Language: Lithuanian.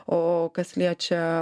o kas liečia